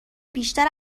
بیشتر